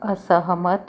असहमत